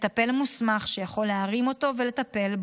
מטפל מוסמך שיכול להרים אותו ולטפל בו,